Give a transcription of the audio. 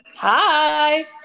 hi